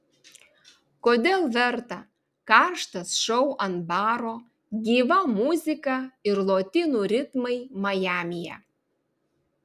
kodėl verta karštas šou ant baro gyva muzika ir lotynų ritmai majamyje